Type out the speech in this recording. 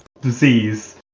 disease